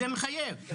זה מחייב.